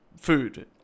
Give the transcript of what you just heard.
food